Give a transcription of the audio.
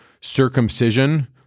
circumcision